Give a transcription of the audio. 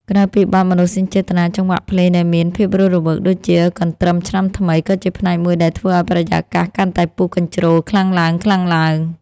ក្រៅពីបទមនោសញ្ចេតនា ចង្វាក់ភ្លេងដែលមានភាពរស់រវើកដូចជា កន្ទ្រឹមឆ្នាំថ្មី ក៏ជាផ្នែកមួយដែលធ្វើឱ្យបរិយាកាសកាន់តែពុះកញ្ជ្រោលខ្លាំងឡើងៗ។